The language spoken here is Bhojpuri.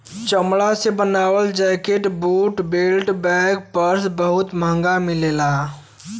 चमड़ा से बनल jacket, boot, belt, bag, purse बहुत महंग मिलला